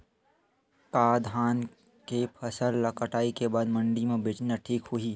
का धान के फसल ल कटाई के बाद मंडी म बेचना ठीक होही?